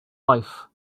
life